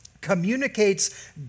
communicates